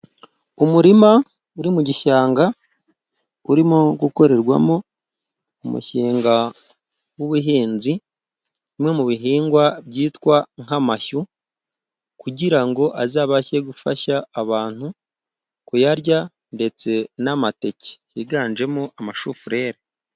Umurima uri mu gishanga, uri gukorerwamo umushinga w'ubuhinzi. Bimwe mu bihingwa, byitwa amashu, kugira ngo azabashe gufasha abantu mu kurya, ndetse n'amateke yiganjemo amashufurere.